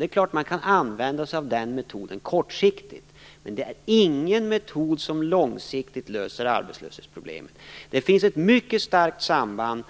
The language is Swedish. Det är klart att man kan använda sig av den metoden kortsiktigt, men det är inte en metod som långsiktigt löser arbetslöshetsproblemet. Det finns ett mycket starkt samband: